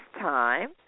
time